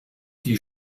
die